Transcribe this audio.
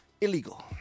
illegal